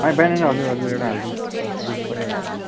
बिहान बिहान हजुर हजुर एउटा हालिदिऊँ फ्रुट्स पनि एउटा हालिदिऊँ